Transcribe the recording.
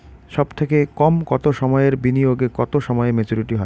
সবথেকে কম কতো সময়ের বিনিয়োগে কতো সময়ে মেচুরিটি হয়?